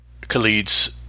Khalid's